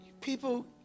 people